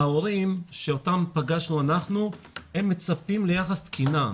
ההורים שאותם פגשנו, מצפים ליחס תקינה.